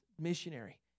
missionary